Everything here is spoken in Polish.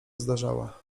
zdarzała